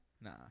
Nah